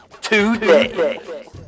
today